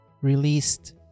released